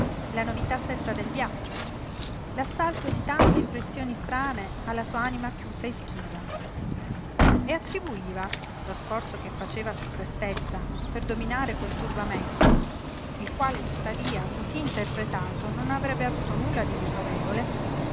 la novità stessa del viaggio l'assalto di tante impressioni strane alla sua anima chiusa e schiva e attribuiva lo sforzo che faceva su sé stessa per dominare quel turbamento